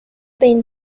been